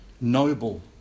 noble